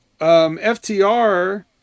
FTR